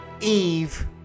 Eve